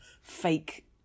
fake